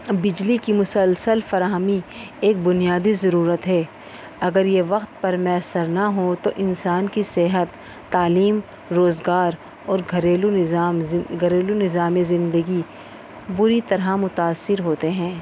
بجلی کی مسلسل فراہمی ایک بنیادی ضرورت ہے اگر یہ وقت پر میسر نہ ہو تو انسان کی صحت تعلیم روزگار اور گھریلو نظام گھریلو نظامی زندگی بری طرح متاثر ہوتے ہیں